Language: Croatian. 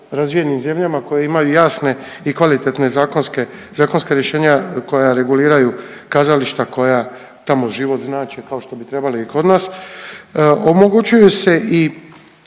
razvijenim zemljama koje imaju jasne i kvalitetne zakonska rješenja koja reguliraju kazališta koja tamo život znače, kao što bi trebale i kod nas, omogućuje se i